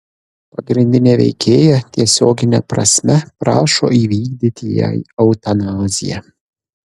pagrindinė veikėja tiesiogine prasme prašo įvykdyti jai eutanaziją